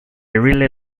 really